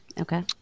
Okay